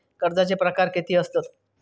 कर्जाचे प्रकार कीती असतत?